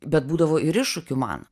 bet būdavo ir iššūkių man